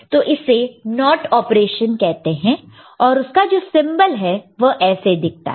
तो इसे NOT operation कहते हैं और उसका जो सिंबल है वह ऐसे दिखता है